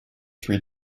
three